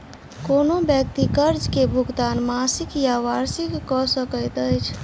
कोनो व्यक्ति कर्ज के भुगतान मासिक या वार्षिक कअ सकैत अछि